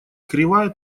кривая